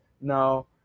now